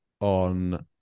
on